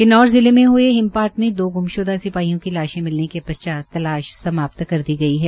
किन्नौर जिले मे ह्ये हिमपात में दो गुमशुदा सिपाहियों की लाशें मिलने के पश्चात तलाश समाप्त कर दी गई है